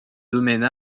domaine